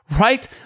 right